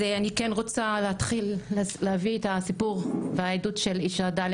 אני כן רוצה להתחיל להביא את הסיפור והעדות של אישה ד'